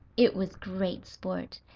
it was great sport,